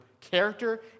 character